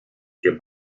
que